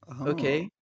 okay